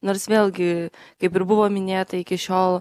nors vėlgi kaip ir buvo minėta iki šiol